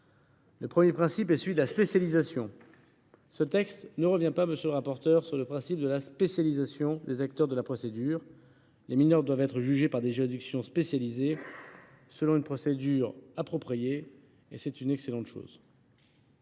Le premier principe est celui de la spécialisation : ce texte ne revient pas, monsieur le rapporteur, sur le principe de la spécialisation des acteurs de la procédure. Les mineurs doivent être jugés par des juridictions spécialisées, selon une procédure appropriée, et c’est une excellente chose.